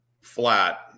flat